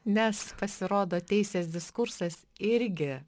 nes pasirodo teisės diskursas irgi